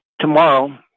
tomorrow